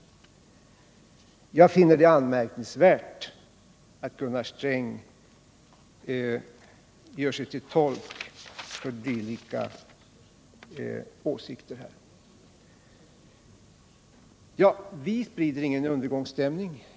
Jag finner det anmärkningsvärt att Gunnar Sträng gör sig till tolk för dylika åsikter. Vi sprider ingen undergångsstämning.